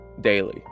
daily